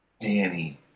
Danny